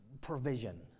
provision